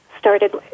started